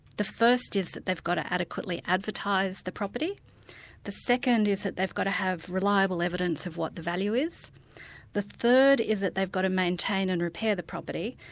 the first is that they've got to adequately advertise the property the second is that they've got to have reliable evidence of what the value is the third is that they've got to maintain and repair the property,